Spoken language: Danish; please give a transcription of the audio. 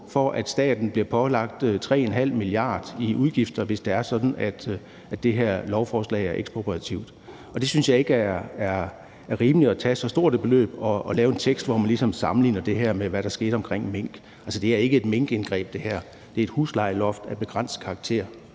for, at staten bliver pålagt 3,5 mia. kr. i udgifter, hvis det er sådan, at det her lovforslag er ekspropriativt. Jeg synes ikke, det er rimeligt at tage så stort et beløb og lave en tekst, hvor man ligesom sammenligner det her med, hvad der skete i forbindelse med minkene. Altså, det her er ikke et minnkindgreb – det er et huslejeloft af begrænset karakter;